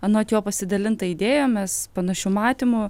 anot jo pasidalinta idėjomis panašiu matymu